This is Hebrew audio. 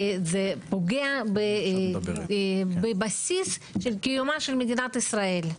זה פוגע בבסיס קיומה של מדינת ישראל.